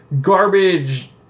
garbage